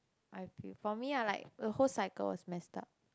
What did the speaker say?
I think for me I like the whole cycle was messed up